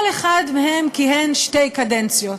כל אחד מהן כיהן שתי קדנציות.